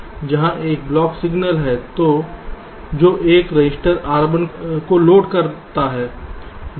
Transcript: जहाँ एक clock signal है जो इस रजिस्टर R1 को लोड करता है